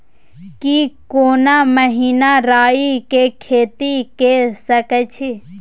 की कोनो महिना राई के खेती के सकैछी?